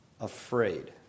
afraid